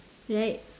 right